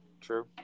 True